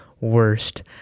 worst